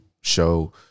show